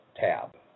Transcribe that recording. tab